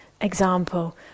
example